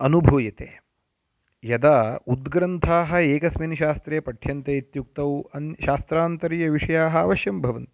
अनुभूयते यदा उद्ग्रन्थाः एकस्मिन् शास्त्रे पठ्यन्ते इत्युक्तौ अन्ये शास्त्रान्तरीयविषयाः अवश्यं भवन्ति